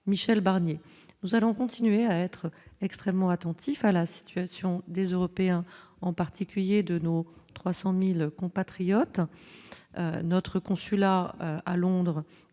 Michel Barnier, nous allons continuer à être extrêmement attentifs à la situation des Européens, en particulier de no 300000 compatriotes notre consulat à Londres,